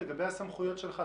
לגבי הסמכויות שיש לך,